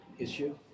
issue